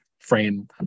frame